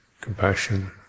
compassion